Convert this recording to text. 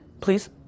please